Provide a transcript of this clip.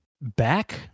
back